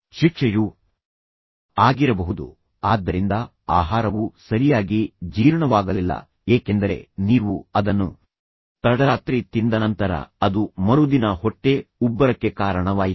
ಶಿಕ್ಷೆಯು ಆಗಿರಬಹುದು ಆದ್ದರಿಂದ ಆಹಾರವು ಸರಿಯಾಗಿ ಜೀರ್ಣವಾಗಲಿಲ್ಲ ಏಕೆಂದರೆ ನೀವು ಅದನ್ನು ತಡರಾತ್ರಿ ತಿಂದ ನಂತರ ಅದು ಮರುದಿನ ಹೊಟ್ಟೆ ಉಬ್ಬರಕ್ಕೆ ಕಾರಣವಾಯಿತು